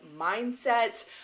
mindset